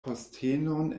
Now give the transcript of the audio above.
postenon